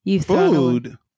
Food